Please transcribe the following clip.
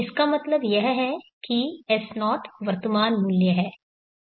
इसका मतलब यह है कि S0 वर्तमान मूल्य है